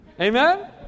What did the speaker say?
amen